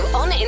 on